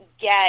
get